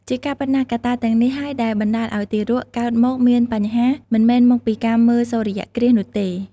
ជាការពិតណាស់ កត្តាទាំងនេះហើយដែលបណ្តាលឲ្យទារកកើតមកមានបញ្ហា មិនមែនមកពីការមើលសូរ្យគ្រាសនោះទេ ។